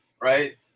right